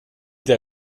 der